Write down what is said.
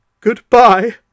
Goodbye